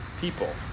people